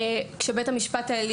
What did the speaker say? דוגמה לכך היא מקרה בו בית המשפט העליון